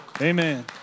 Amen